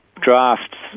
drafts